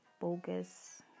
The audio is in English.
bogus